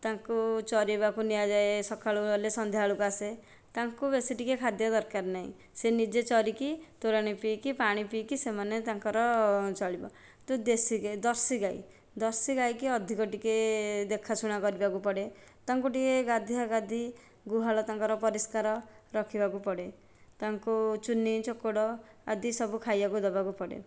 ତାଙ୍କୁ ଚରାଇବାକୁ ନିଆଯାଏ ସକାଳୁ ଗଲେ ସନ୍ଧ୍ୟା ବେଳକୁ ଆସେ ତାଙ୍କୁ ବେଶୀ ଟିକେ ଖାଦ୍ୟ ଦରକାର ନାହିଁ ସେ ନିଜେ ଚରିକି ତୋରାଣି ପିଇ କି ପାଣି ପିଇକି ସେମାନେ ତାଙ୍କର ଚଳିବ ତ ଦେଶୀ ଗାଈ ଜର୍ସି ଗାଈ ଜର୍ସି ଗାଈ କି ଅଧିକ ଟିକେ ଦେଖା ଶୁଣା କରିବାକୁ ପଡ଼େ ତାଙ୍କୁ ଟିକେ ଗାଧୁଆ ଗାଧି ଗୁହାଳ ତାଙ୍କର ପରିଷ୍କାର ରଖିବାକୁ ପଡ଼େ ତାଙ୍କୁ ଚୁନି ଚକୋଡ଼ ଆଦି ସବୁ ଖାଇବାକୁ ଦେବାକୁ ପଡ଼େ